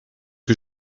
que